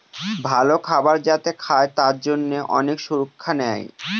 ভালো খাবার যাতে খায় তার জন্যে অনেক সুরক্ষা নেয়